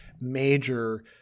major